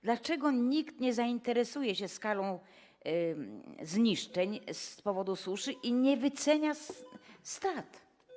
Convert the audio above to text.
Dlaczego nikt nie zainteresuje się skalą zniszczeń z powodu suszy i nie wycenia strat?